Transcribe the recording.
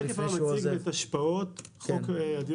השקף הבא מציג את השפעות חוק הדיור